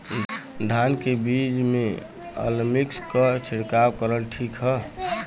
धान के बिज में अलमिक्स क छिड़काव करल ठीक ह?